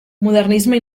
modernisme